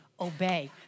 obey